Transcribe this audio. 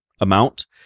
amount